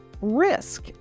risk